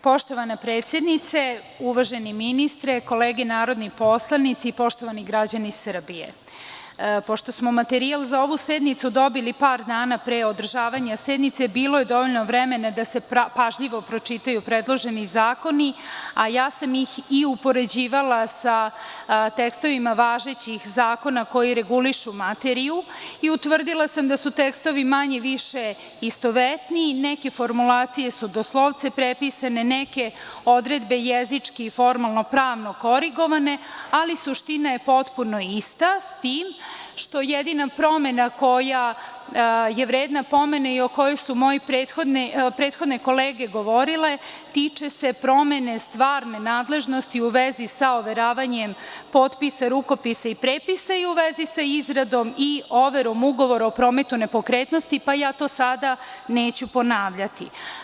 Poštovana predsednice, uvaženi ministre, kolege narodni poslanici, poštovani građani Srbije, pošto smo materijal za ovu sednicu dobili par dana pre održavanja sednice, bilo je dovoljno vremena da se pažljivo pročitaju predloženi zakoni, a ja sam ih upoređivala sa tekstovima važećih zakona koji regulišu materiju i utvrdila sam da su tekstovi manje-više istovetni, neke formulacije su doslovce prepisane, neke odredbe jezički i formalno pravno korigovane, ali suština je potpuno ista, s tim što jedina promena koja je vredna pomena, a o kojoj su moje prethodne kolege govorile, jeste promene stvarne nadležnosti u vezi sa overavanjem potpisa, rukopisa i prepisa i u vezi sa izradom i overom ugovora o prometu nepokretnosti, pa ja to sada neću ponavljati.